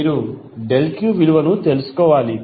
మీరు ∆q విలువను తెలుసుకోవాలి